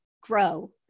grow